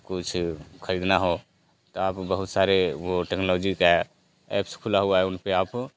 कुछ ख़रीदना हो तो आप बहुत सारे वह टेक्नोलॉजी का एप्स खुला हुआ है उनपर आप